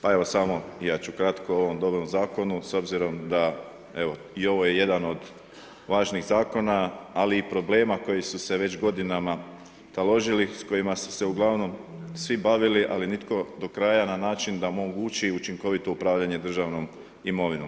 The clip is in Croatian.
Pa evo samo ja ću kratko o ovom dobrom zakonu, s obzirom da evo i ovo je jedan od važnijih zakona ali i problema koji su se već godinama taložili, s kojima su se uglavnom svi bavili ali nitko do kraja na način da omogući učinkovito upravljanje državnom imovinom.